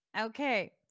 Okay